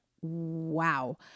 Wow